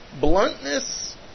Bluntness